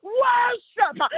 worship